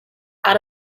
out